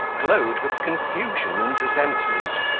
glowed with confusion and resentment,